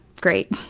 great